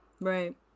right